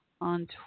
on